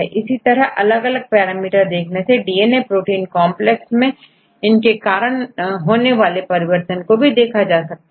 इसी तरह अलग अलग पैरामीटर देखने पर डीएनए प्रोटीन कॉन्प्लेक्स में इनके कारण होने वाले परिवर्तन भी देखे जा सकते हैं